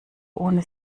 ohne